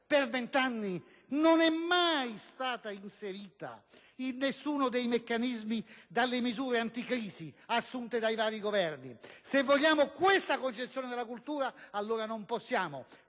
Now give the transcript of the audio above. per vent'anni non è mai stata inserita in nessuno dei meccanismi previsti dalle misure anticrisi assunte dai vari Governi? Se vogliamo questa concezione della cultura, allora non possiamo